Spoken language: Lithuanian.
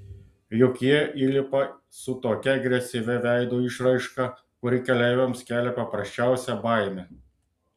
juk jie įlipa su tokia agresyvia veido išraiška kuri keleiviams kelia paprasčiausią baimę